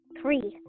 three